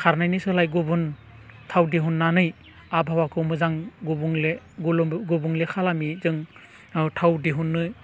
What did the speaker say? खारनायनि सोलाय गुबुन थाव दिहुननानै आबहावाखौ मोजां गुबुंले खालामि जों थाव दिहुननो